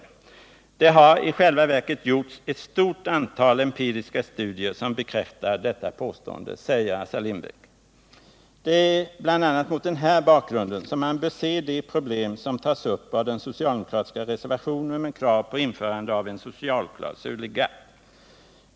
Det har i själva verket gjorts ett stort antal empiriska studier som bekräftar detta påstående”, säger Assar Lindbeck. Det är bl.a. mot den här bakgrunden som man bör se de problem som tas upp av den socialdemokratiska reservationen med krav på införande av en socialklausul i GATT.